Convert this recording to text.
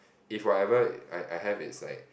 if whatever I I have is like